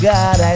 God